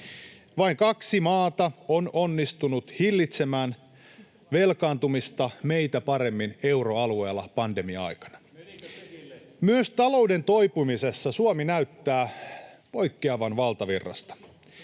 Vain kaksi maata on onnistunut hillitsemään velkaantumista meitä paremmin euroalueella pandemia-aikana. [Jukka Gustafsson: Menikö perille?] Myös talouden toipumisessa Suomi näyttää poikkeavan valtavirrasta.